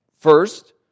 First